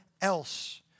else